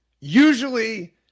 usually